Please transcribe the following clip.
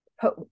put